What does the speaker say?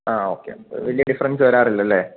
ആ ഓക്കെ വലിയ ഡിഫറെൻസ് വരാറില്ലല്ലേ